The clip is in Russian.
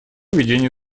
ведения